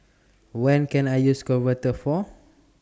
when Can I use Convatec For